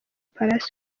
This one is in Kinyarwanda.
palace